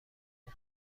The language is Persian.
مهر